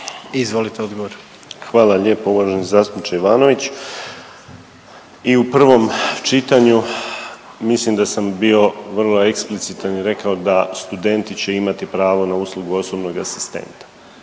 Marin (HDZ)** Hvala lijepo uvaženi zastupniče Ivanović. I u prvom čitanju mislim da sam bio vrlo eksplicitan i rekao da studenti će imati pravo na uslugu osobnog asistenta